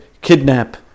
kidnap